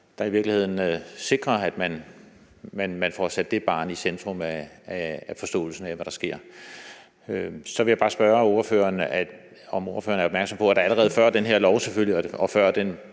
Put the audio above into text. der i virkeligheden sikrer, at man får sat det barn i centrum af forståelsen af, hvad der sker. Så vil jeg bare spørge ordføreren, om ordføreren er opmærksom på, at der allerede før den her lov og den